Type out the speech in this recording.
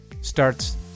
starts